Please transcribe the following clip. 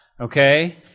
okay